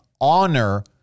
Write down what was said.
honor